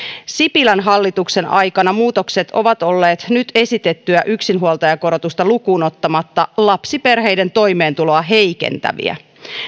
sipilän hallituksen aikana muutokset ovat olleet nyt esitettyä yksinhuoltajakorotusta lukuun ottamatta lapsiperheiden toimeentuloa heikentäviä